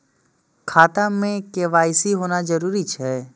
खाता में के.वाई.सी होना जरूरी छै?